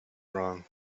wrong